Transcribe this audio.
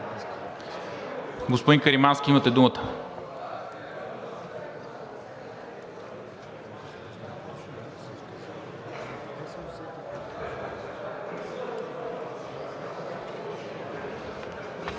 Господин Каримански, имате думата.